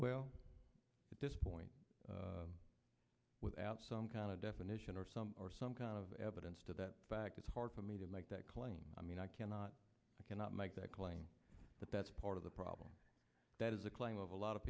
well at this point without some kind of definition or some or some kind of evidence to that fact it's hard for me to make that claim i mean i cannot i cannot make that claim but that's part of the problem that is the claim of a lot of